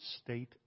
state